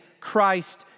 Christ